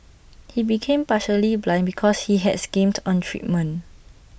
he became partially blind because he had skimmed on treatment